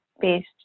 based